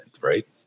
right